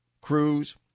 Cruz